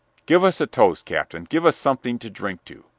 give us a toast, captain! give us something to drink to!